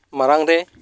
ᱢᱟᱲᱟᱝ ᱨᱮ